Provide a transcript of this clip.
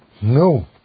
No